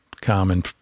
common